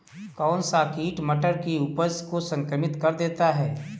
कौन सा कीट मटर की उपज को संक्रमित कर देता है?